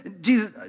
Jesus